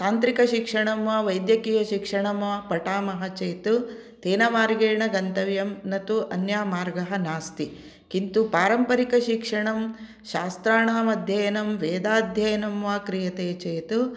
तान्त्रिकशिक्षणं वा वैद्यकीयशिक्षणं वा पठामः चेत् तेन मार्गेण गन्तव्यम् न तु अन्यः मार्गः नास्ति किन्तु पारम्परिकशिक्षणं शास्त्राणाम् अध्ययनं वेदाध्ययनं वा क्रियते चेत्